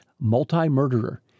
multi-murderer